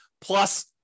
plus